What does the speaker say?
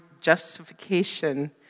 justification